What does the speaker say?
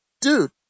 dude